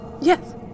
yes